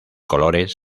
colores